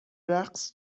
رقص